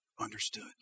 understood